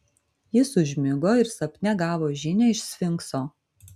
jis užmigo ir sapne gavo žinią iš sfinkso